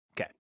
Okay